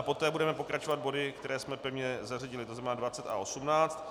Poté budeme pokračovat body, které jsme pevně zařadili, to znamená 20 a 18.